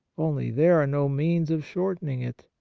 only there are no means of shortening it.